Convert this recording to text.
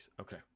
okay